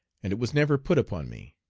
and it was never put upon me.